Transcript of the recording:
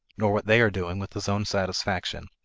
nor what they are doing with his own satisfaction,